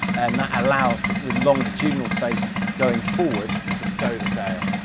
and that allows the longitudinal space going forward to stow the sail,